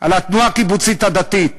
על התנועה הקיבוצית הדתית.